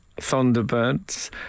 Thunderbirds